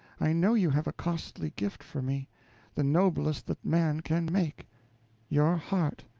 i know you have a costly gift for me the noblest that man can make your heart!